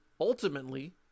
ultimately